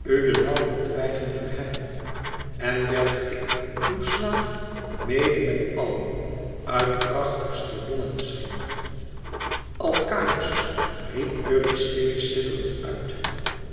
u de lauwertwijgen verheffen en juich ik uw slaaf mede met allen uit krachtigste longen misschien alkaïos riep eurystheus sidderend uit